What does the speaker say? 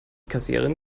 kassiererin